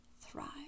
thrive